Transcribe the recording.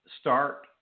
start